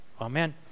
Amen